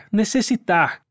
necessitar